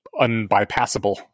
unbypassable